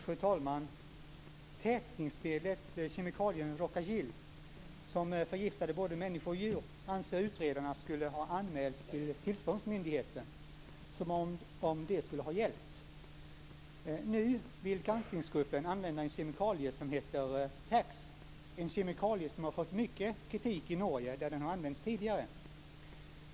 Fru talman! Tätningsmedlet kemikalien Rhoca Gil som förgiftade både människor och djur anser utredarna skulle ha anmälts till tillståndsmyndigheten - som om det skulle ha hjälpt. Nu vill granskningsgruppen använda en kemikalie som heter TACSS. Det är en kemikalie som har fått mycket kritik i Norge där den tidigare har använts.